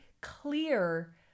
clear